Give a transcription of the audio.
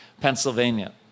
Pennsylvania